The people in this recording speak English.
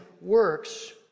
works